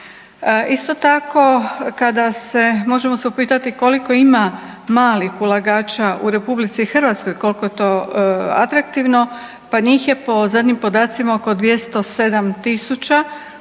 Isto tako možemo se upitati koliko ima malih ulagača u RH koliko je to atraktivno? Pa njih je po zadnjim podacima oko 207.000